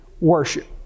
worship